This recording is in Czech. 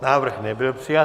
Návrh nebyl přijat.